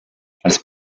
als